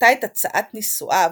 דחתה את הצעת נישואיו,